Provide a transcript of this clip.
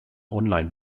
online